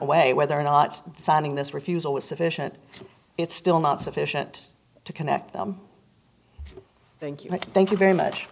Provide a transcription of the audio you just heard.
away whether or not signing this refusal was sufficient it's still not sufficient to connect thank you thank you very much